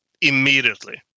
immediately